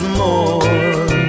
more